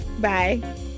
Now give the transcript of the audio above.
bye